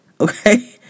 Okay